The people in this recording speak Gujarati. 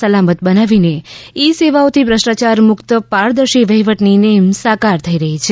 સલામત બનાવીને ઇ સેવાઓથી ભ્રષ્ટાચાર મુક્ત પારદર્શી વહીવટની નેમ સાકાર થઇ રહી છે